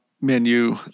menu